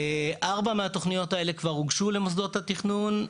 4 מהתוכניות האלה כבר הוגשו למוסדות התכנון.